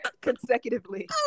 consecutively